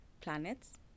planets